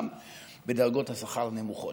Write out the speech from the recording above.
גם בדרגות השכר הנמוכות.